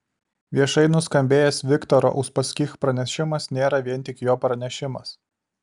viešai nuskambėjęs viktoro uspaskich pranešimas nėra vien tik jo pranešimas